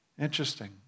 Interesting